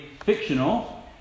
Fictional